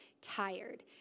tired